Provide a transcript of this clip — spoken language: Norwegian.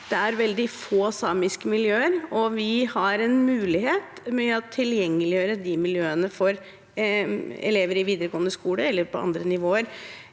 det er veldig få samiske miljøer. Vi har en mulighet med å tilgjengeliggjøre de miljøene for elever i videregående skole eller på andre nivåer